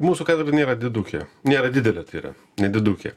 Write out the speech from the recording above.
mūsų katedra nėra didukė nėra didelė tai yra nedidukė